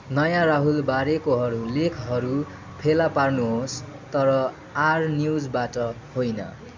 नयाँ राहुलबारेकोहरू लेखहरू फेला पार्नुहोस् तर आर न्यूजबाट होइन